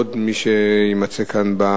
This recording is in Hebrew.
אופיר אקוניס ועוד מי שיימצא כאן במליאה.